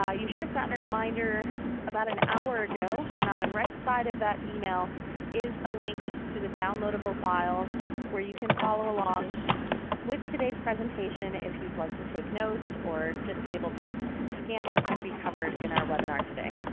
ah you should have gotten a reminder about an hour ago. and on the right side of that email is a link to the downloadable files where you can follow along with today's presentation, if you'd like to take notes or just be able to scan what's going to be covered in our webinar today.